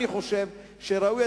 אני חושב שראוי,